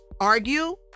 argue